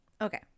Okay